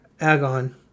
Agon